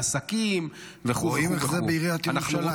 לעסקים וכו' וכו'.